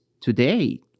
today